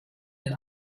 den